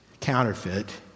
counterfeit